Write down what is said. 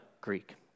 Greek